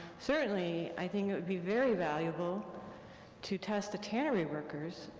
certainly i think it would be very valuable to test the tannery workers,